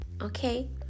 okay